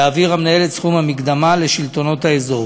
יעביר המנהל את סכום המקדמה לשלטונות האזור.